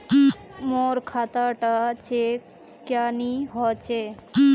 मोर खाता डा चेक क्यानी होचए?